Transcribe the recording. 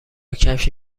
کفش